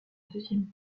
deuxième